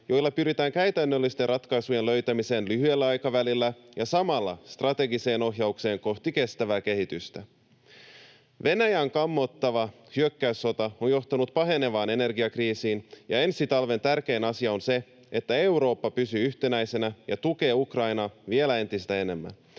joilla pyritään käytännöllisten ratkaisujen löytämiseen lyhyellä aikavälillä ja samalla strategiseen ohjaukseen kohti kestävää kehitystä. Venäjän kammottava hyökkäyssota on johtanut pahenevaan energiakriisiin, ja ensi talven tärkein asia on se, että Eurooppa pysyy yhtenäisenä ja tukee Ukrainaa vielä entistä enemmän.